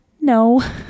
No